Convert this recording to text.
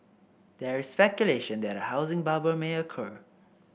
there is speculation that a housing bubble may occur